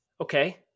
Okay